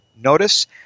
Notice